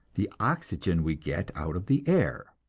the oxygen we get out of the air.